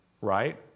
Right